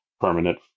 permanent